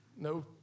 No